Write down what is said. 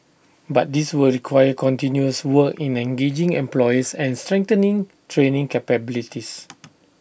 but this will require continuous work in engaging employers and strengthening training capabilities